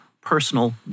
personal